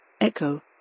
Echo